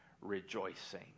rejoicing